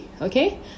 Okay